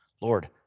Lord